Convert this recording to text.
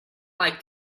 like